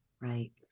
Right